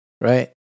right